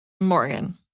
Morgan